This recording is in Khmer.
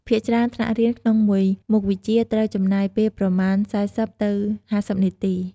ភាគច្រើន ថ្នាក់រៀនក្នុងមួយមុខវិជ្ជាត្រូវចំណាយពេលប្រមាណ ៤០ទៅ៥០នាទី។